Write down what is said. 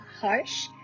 harsh